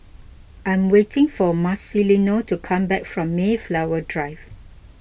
I am waiting for Marcelino to come back from Mayflower Drive